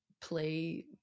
play